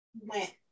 went